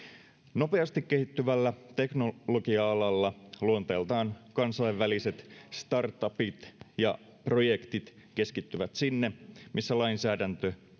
nopeasti kehittyvällä teknologia alalla luonteeltaan kansainväliset startupit ja projektit keskittyvät sinne missä lainsäädäntö